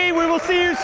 ah we will see,